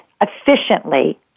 efficiently